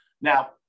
Now